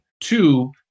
Two